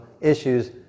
issues